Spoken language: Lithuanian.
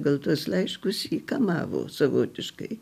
gal tuos laiškus įkamavo savotiškai